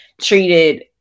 treated